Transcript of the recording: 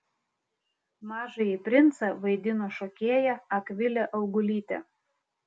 mažąjį princą vaidino šokėja akvilė augulytė